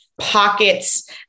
pockets